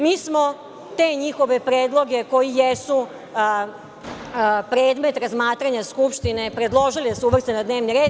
Mi smo te njihove predloge, koje jesu predmet razmatranja Skupštine, predložili da se uvrste na dnevni red.